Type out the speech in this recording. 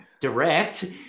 direct